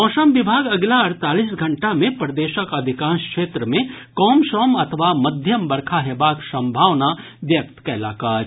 मौसम विभाग अगिला अड़तालीस घंटा मे प्रदेशक अधिकांश क्षेत्र मे कमसम अथवा मध्यम बरखा हेबाक संभावना व्यक्त कयलक अछि